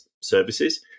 services